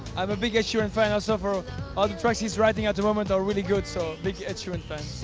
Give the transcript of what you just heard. i'm a big ed sheeran fan, also all ah ah the tracks he's writing at the moment are really good, so big ed sheeran fan.